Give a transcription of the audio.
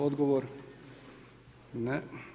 Odgovor? ne.